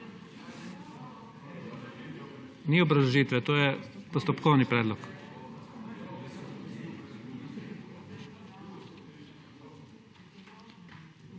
Ni obrazložitve, to je postopkovni predlog.